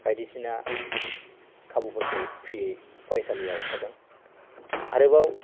बायदिसिना खाबुफोरखौ फ्रियै फरायसालियाव होदों आरोबाव